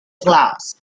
flowers